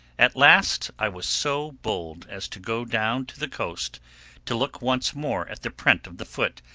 at last i was so bold as to go down to the coast to look once more at the print of the foot,